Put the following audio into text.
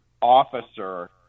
officer